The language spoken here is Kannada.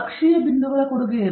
ಅಕ್ಷೀಯ ಬಿಂದುಗಳ ಕೊಡುಗೆ ಏನು